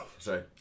Sorry